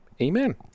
Amen